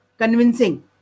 convincing